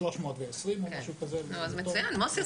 320 -- מצוין, מוסי.